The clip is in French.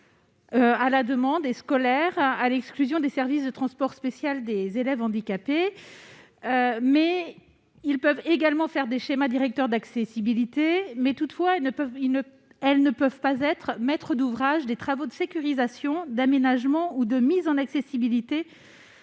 à la demande et scolaires, à l'exclusion des services de transport spécial des élèves handicapés. Elles peuvent également adopter des schémas directeurs d'accessibilité. Toutefois, elles ne peuvent être maîtresses d'ouvrage des travaux de sécurisation, d'aménagement ou de mise en accessibilité